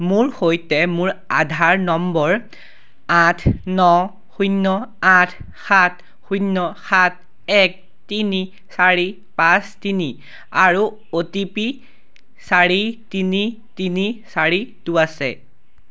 মোৰ সৈতে মোৰ আধাৰ নম্বৰ আঠ ন শূন্য আঠ সাত শূন্য সাত এক তিনি চাৰি পাঁচ তিনি আৰু অ' টি পি চাৰি তিনি তিনি চাৰিটো আছে